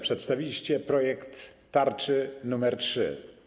Przedstawiliście projekt tarczy nr 3.